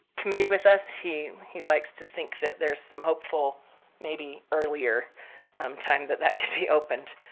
committee with us, he he likes to think that there is some hopeful maybe earlier time that that could be opened.